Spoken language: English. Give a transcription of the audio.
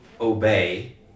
obey